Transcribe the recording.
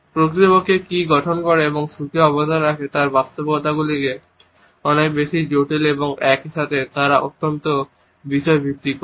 প্রকৃতপক্ষে কী গঠন করে এবং সুখে অবদান রাখে তার বাস্তবতাগুলি অনেক বেশি জটিল এবং একই সাথে তারা অত্যন্ত বিষয়ভিত্তিকও